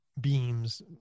beams